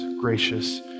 gracious